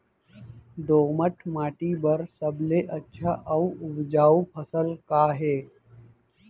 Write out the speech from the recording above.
दोमट माटी बर सबले अच्छा अऊ उपजाऊ फसल का हे?